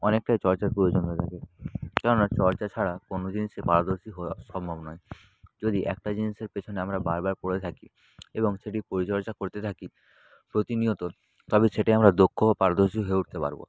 অনেকটাই চর্চার প্রয়োজন হয়ে থাকে কেননা চর্চা ছাড়া কোনো জিনিসে পারদর্শী হওয়া সম্ভব নয় যদি একটা জিনিসের পেছনে আমরা বার বার পড়ে থাকি এবং সেটির পরিচর্যা করতে থাকি প্রতিনিয়ত তবে সেটায় আমরা দক্ষ ও পারদর্শী হয়ে উঠতে পারব